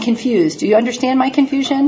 confused do you understand my confusion